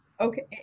okay